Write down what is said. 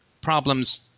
problems